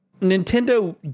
Nintendo